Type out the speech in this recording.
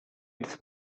its